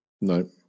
No